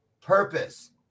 Purpose